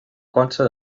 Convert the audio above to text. consta